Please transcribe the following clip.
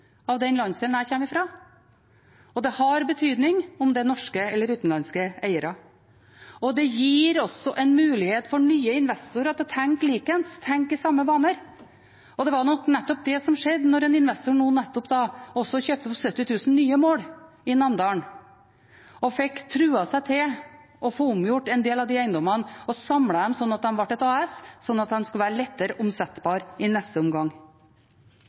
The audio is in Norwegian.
av den landsdelen jeg kommer fra, og det har betydning om det er norske eller utenlandske eiere. Det gir også en mulighet for nye investorer til å tenke like ens, tenke i samme baner, og det var nok nettopp det som skjedde da en investor nå nettopp også kjøpte opp 70 000 nye mål i Namdalen og fikk truet seg til å få omgjort en del av de eiendommene og samlet dem slik at de ble et AS, slik at de skulle være lettere omsettbare i neste omgang.